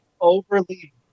overly